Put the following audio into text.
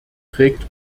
trägt